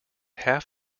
half